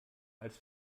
als